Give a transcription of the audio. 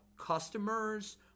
customers